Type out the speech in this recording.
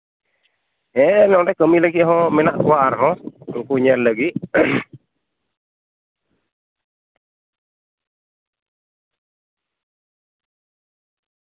ᱦᱮᱸ ᱱᱚᱸᱰᱮ ᱠᱟᱹᱢᱤ ᱞᱟᱹᱜᱤᱫ ᱦᱚᱸ ᱢᱮᱱᱟᱜ ᱠᱚᱣᱟ ᱟᱨᱦᱚᱸ ᱩᱱᱠᱩ ᱧᱮᱞ ᱞᱟᱹᱜᱤᱫ